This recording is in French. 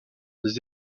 des